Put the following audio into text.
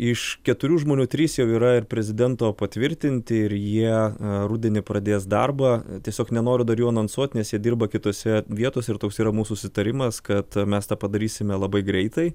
iš keturių žmonių trys jau yra ir prezidento patvirtinti ir jie rudenį pradės darbą tiesiog nenoriu dar jų anonsuot nes jie dirba kitose vietose ir toks yra mūsų susitarimas kad mes tą padarysime labai greitai